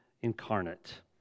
incarnate